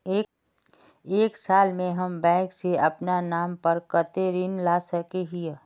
एक साल में हम बैंक से अपना नाम पर कते ऋण ला सके हिय?